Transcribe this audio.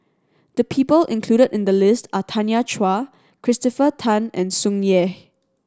the people included in the list are Tanya Chua Christopher Tan and Tsung Yeh